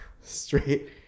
straight